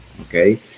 okay